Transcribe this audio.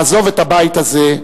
לעזוב את הבית הזה,